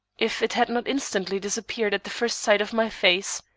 if it had not instantly disappeared at the first sight of my face.